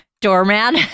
Doorman